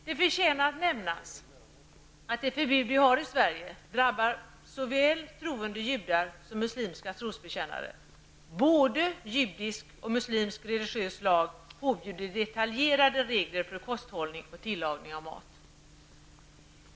Det förtjänar att nämnas att det förbud vi har i Sverige drabbar såväl troende judar som muslimska trosbekännare. Både judisk och muslimsk religiös lag påbjuder detaljerade regler för kosthållning och tillagning av mat.